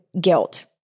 guilt